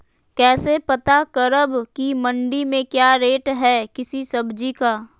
कैसे पता करब की मंडी में क्या रेट है किसी सब्जी का?